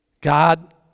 God